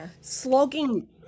slogging